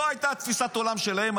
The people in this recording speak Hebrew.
זו הייתה תפיסת העולם שלהם,